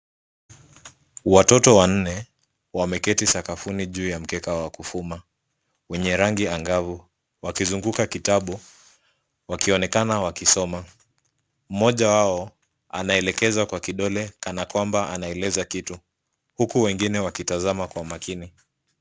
Watoto wanne wameketi sakafuni juu ya mkeka wa kufuma wenye rangi angavu wakizunguka kitabu wakionekana wakisoma. Mmoja wao anaelekeza kwa kidole kana kwamba anaeleza kitu huku wengine wakitazama kwa makini.